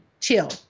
chill